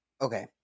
Okay